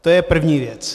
To je první věc.